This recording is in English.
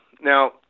now